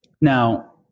now